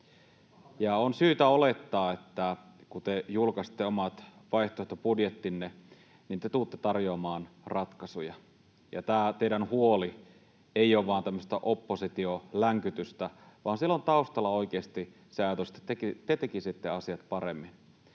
On syytä olettaa, että kun te julkaisette omat vaihtoehtobudjettinne, niin te tulette tarjoamaan ratkaisuja, ja tämä teidän huolenne ei ole vain tämmöistä oppositiolänkytystä, vaan siellä on taustalla oikeasti se ajatus, että te tekisitte asiat paremmin.